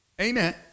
Amen